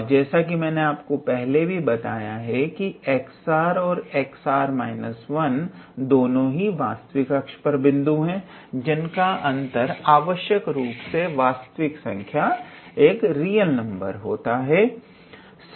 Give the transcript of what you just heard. और जैसा कि मैंने आपको पहले भी बताया है कि 𝑥𝑟 𝑥𝑟−1 दोनों वास्तविक अक्ष पर दो बिंदु हैं जिनका अंतर आवश्यक रूप से वास्तविक संख्या होगा